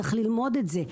צריך ללמוד את זה,